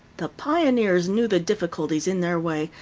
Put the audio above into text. the pioneers knew the difficulties in their way,